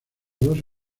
dos